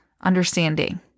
understanding